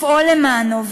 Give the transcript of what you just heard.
לפעול למענו,